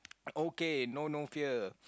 okay no no fear